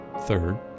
Third